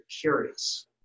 curious